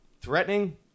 threatening